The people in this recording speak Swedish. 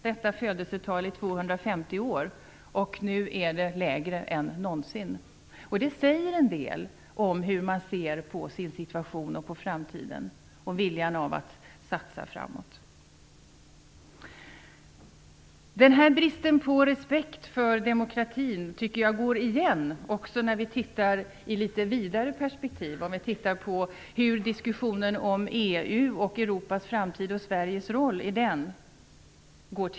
Detta födelsetal har mätts i 250 år, och nu är det lägre än någonsin. Det säger en del om hur man ser på sin situation och på framtiden och om viljan att satsa framåt. Denna brist på respekt för demokratin tycker jag går igen också om man ser det i ett litet vidare perspektiv, t.ex. vad gäller diskussionen om EU och Europas framtid och Sveriges roll där.